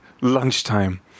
lunchtime